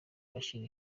agaciro